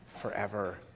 forever